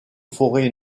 forêts